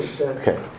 Okay